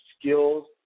skills